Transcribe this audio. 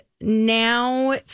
now